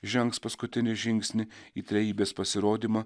žengs paskutinį žingsnį į trejybės pasirodymą